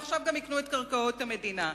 ועכשיו גם יקנו את קרקעות המדינה.